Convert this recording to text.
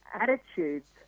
attitudes